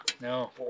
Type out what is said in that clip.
No